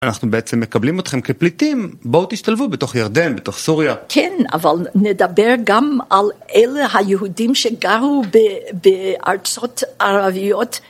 אנחנו בעצם מקבלים אתכם כפליטים, בואו תשתלבו בתוך ירדן, בתוך סוריה. כן, אבל נדבר גם על אלה היהודים שגרו בארצות ערביות.